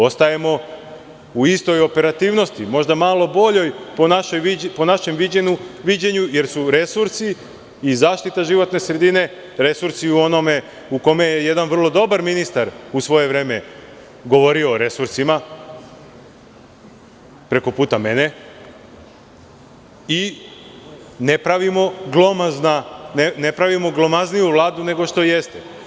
Ostajemo u istoj operativnosti možda malo boljoj po našem viđenju jer su resursi i zaštita životne sredine resursi u onome u kome je jedan veoma dobar ministar u svoje vreme govorio o resursima, preko puta mene i ne pravimo glomazniju Vladu nego što jeste.